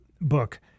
book